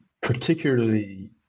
particularly